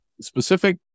specific